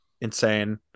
Insane